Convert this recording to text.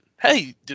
hey